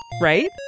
Right